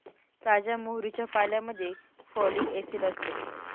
ताज्या मोहरीच्या पाल्यामध्ये फॉलिक ऍसिड असते